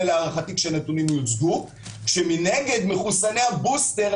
להערכתי כשהנתונים יוצגו - כאשר מנגד מחוסני הבוסטר,